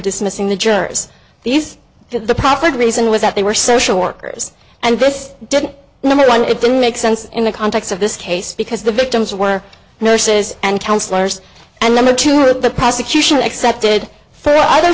dismissing the jers these for the proffered reason was that they were social workers and this didn't number one it didn't make sense in the context of this case because the victims were nurses and counsellors and number two or the prosecution accepted for either